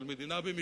של מדינה במכרז,